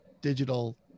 digital